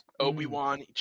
Obi-Wan